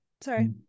sorry